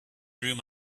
through